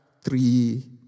three